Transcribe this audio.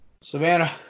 Savannah